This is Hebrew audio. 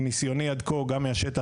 מניסיוני עד כה גם מהשטח,